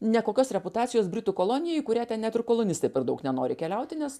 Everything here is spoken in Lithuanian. nekokios reputacijos britų kolonija į kurią net ir kolonistai per daug nenori keliauti nes